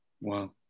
Wow